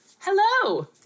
hello